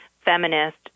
Feminist